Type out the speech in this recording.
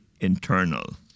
internal